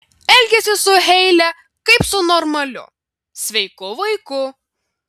elgiasi su heile kaip su normaliu sveiku vaiku